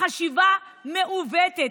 החשיבה מעוותת.